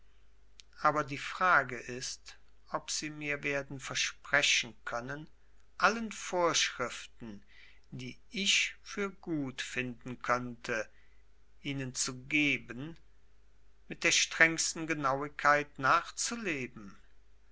aber die frage ist ob sie mir werden versprechen können allen vorschriften die ich für gut finden könnte ihnen zu geben mit der strengsten genauigkeit nachzuleben